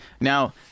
Now